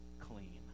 clean